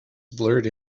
blurred